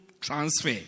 transfer